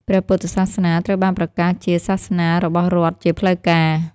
ព្រះពុទ្ធសាសនាត្រូវបានប្រកាសជាសាសនារបស់រដ្ឋជាផ្លូវការ។